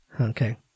Okay